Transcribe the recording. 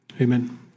Amen